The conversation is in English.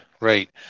right